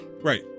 Right